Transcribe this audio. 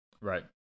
right